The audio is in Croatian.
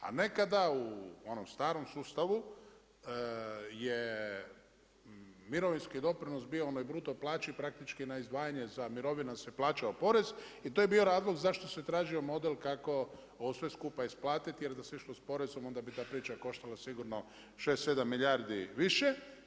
A nekada, u onom starom sustavu je mirovinski doprinos bio u onoj bruto plaći praktički na izdvajanje za mirovine se plaćao porez, i to je bio razlog zašto se tražio model kako ovo sve skupa isplatiti, jer da se išlo sa porezom onda bi ta priča koštala sigurno 6, 7 milijardi više.